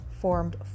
formed